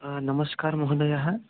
हा नमशस्कारः महोदयः